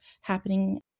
happening